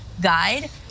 guide